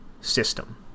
system